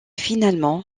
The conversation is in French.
finalement